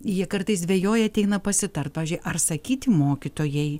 jie kartais dvejoja ateina pasitart pavyzdžiui ar sakyti mokytojai